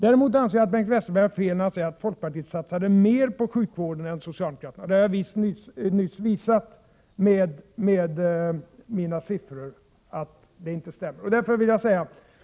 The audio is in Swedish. Däremot anser jag att Bengt Westerberg har fel när han säger att folkpartiet satsade mer på sjukvården än socialdemokraterna. Jag har nyss visat med mina siffror att det påståendet inte stämmer.